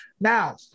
Now